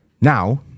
Now